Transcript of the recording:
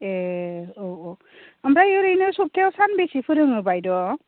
ए औ औ ओमफ्राय ओरैनो सब्थायाव सानबैसे फोरोङो बायद'